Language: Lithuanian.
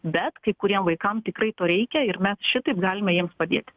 bet kai kuriem vaikam tikrai to reikia ir mes šitaip galime jiems padėti